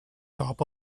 top